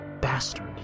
bastard